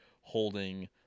holding